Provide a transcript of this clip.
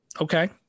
Okay